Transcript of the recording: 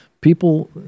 People